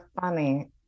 funny